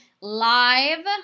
live